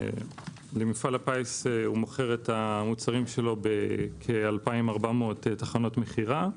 מפעל הפיס מוכר את המוצרים שלו בכ-2,400 תחנות מכירה.